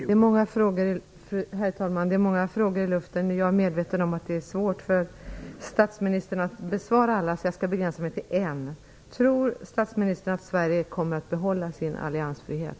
Herr talman! Det är många frågor i luften. Jag är medveten om att det är svårt för statsministern att besvara alla. Jag skall begränsa mig till en. Tror statsministern att Sverige kommer att behålla sin alliansfrihet?